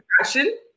passion